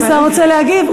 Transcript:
סגן השר רוצה להגיב?